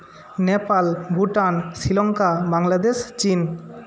নেপাল ভুটান শ্রীলঙ্কা বাংলাদেশ চীন